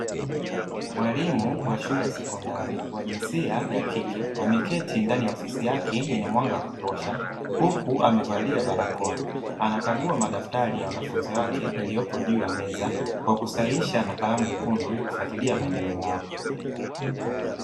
Mwalimu wa shule ya sekondari wa jinsia ya kike, ameketi ndani ya ofisi yake yenye mwanga wa kutosha; huku amevalia barakoa, anakagua madaftari ya wanafunzi wake yaliyopo juu ya meza, kwa kusahihisha na kalamu nyekundu ili kufuatilia maendeleo yao.